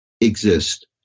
exist